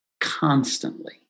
constantly